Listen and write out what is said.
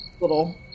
Little